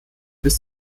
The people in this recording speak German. bis